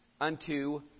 unto